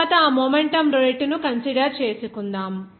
తరువాత ఆ momentum rate ను కన్సిడర్ చేసుకుందాం